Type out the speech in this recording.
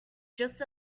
just